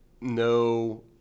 no